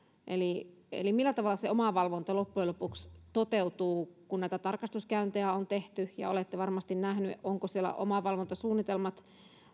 eli eli millä tavalla se omavalvonta loppujen lopuksi toteutuu kun tarkastuskäyntejä on tehty olette varmasti nähnyt ovatko siellä omavalvontasuunnitelmat